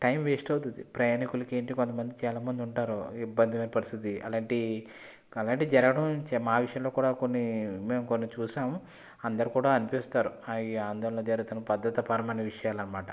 time waste అవుతుంది ప్రయాణికులకేంటి కొంతమంది చాలామంది ఉంటారు ఇబ్బందైన పరిస్థితి అలాంటి అలాంటి జరగడం చ మా విషయంలో కూడా కొన్ని మేము కొన్ని చూశాము అందరు కూడా అనిపిస్తారు అవి ఆందోళన జరుగుతున్న బద్ధతపరమైన విషయాలన్నమాట